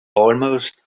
almost